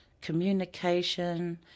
communication